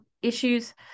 issues